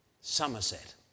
Somerset